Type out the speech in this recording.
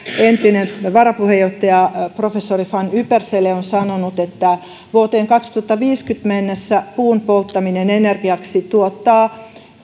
entinen varapuheenjohtaja professori van ypersele on sanonut että vuoteen kaksituhattaviisikymmentä mennessä puun polttaminen energiaksi tuottaa